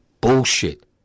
Bullshit